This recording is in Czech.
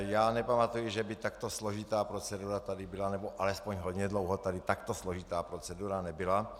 Já nepamatuji, že by takto složitá procedura tady byla nebo alespoň hodně dlouho tady takto složitá procedura nebyla.